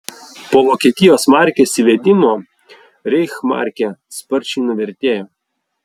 po vokietijos markės įvedimo reichsmarkė sparčiai nuvertėjo